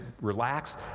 relax